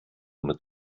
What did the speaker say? mit